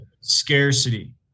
Scarcity